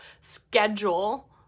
schedule